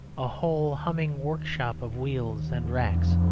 a whole humming workshop of wheels and racks,